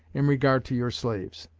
in regard to your slaves.